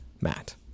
Matt